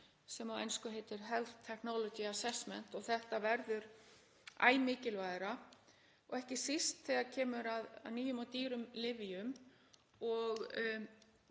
sem á ensku heitir „health technology assessment“. Þetta verður æ mikilvægara, ekki síst þegar kemur að nýjum og dýrum lyfjum og